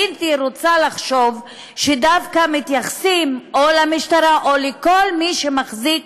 הייתי רוצה לחשוב שדווקא מתייחסים או למשטרה או לכל מי שמחזיק